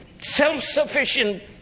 self-sufficient